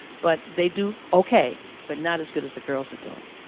but they do okay, but not as good as the girls are doing.